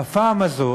בפעם הזאת